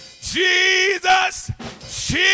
Jesus